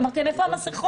אמרתי להם: איפה המסכות?